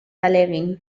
ahalegin